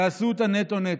תעשו אותה נטו-נטו.